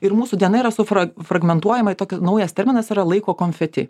ir mūsų diena yra sufra fragmentuojama į tokį naujas terminas yra laiko konfeti